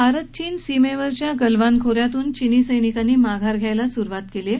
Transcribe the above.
भारत चीन सीमेवरच्या गलवान खोऱ्यातून चिनी सैनिकांनी माघार घेण्यास स्रुवात केली आहे